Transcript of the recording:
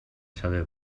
saber